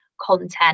content